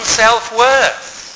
self-worth